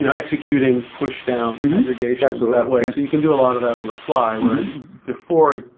you know executing pushdown and aggregations so that way, so you can do a lot of that on the fly. where before,